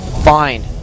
Fine